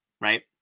right